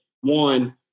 one